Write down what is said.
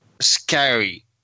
scary